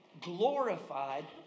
glorified